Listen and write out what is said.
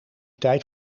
tijd